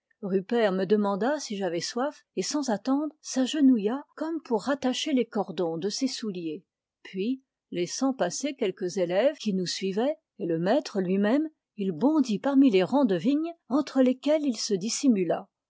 rupert me demanda si j'avais soif et sans attendre s'agenouilla comme pour rattacher les cordons de ses souliers puis laissant passer quelques élèves qui nous suivaient et le maître lui-même il bondit parmi les rangs de vignes entre lesquels il se dissimula